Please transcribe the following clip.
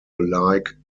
alike